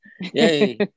yay